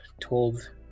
told